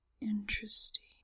Interesting